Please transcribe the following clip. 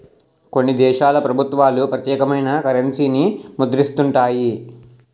కొన్ని దేశాల ప్రభుత్వాలు ప్రత్యేకమైన కరెన్సీని ముద్రిస్తుంటాయి